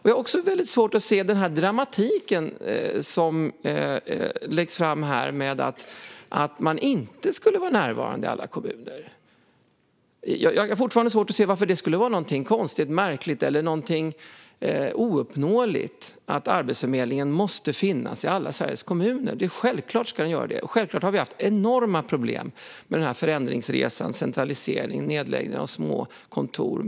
Jag har också svårt att se den dramatik som läggs fram här när det gäller att Arbetsförmedlingen inte skulle vara närvarande i alla kommuner. Jag har fortfarande svårt att förstå varför det skulle vara något konstigt, märkligt eller ouppnåeligt att Arbetsförmedlingen måste finnas i alla Sveriges kommuner. Det är självklart. Givetvis har det också varit enorma problem med den här förändringsresan, med centralisering och nedläggning av små kontor.